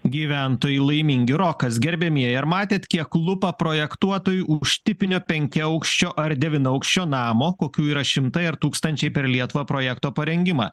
gyventojai laimingi rokas gerbiamieji ar matėt kiek lupa projektuotojai už tipinio penkiaaukščio ar devynaukščio namo kokių yra šimtai ar tūkstančiai per lietuvą projekto parengimą